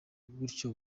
gutyo